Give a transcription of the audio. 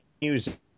music